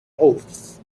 oaths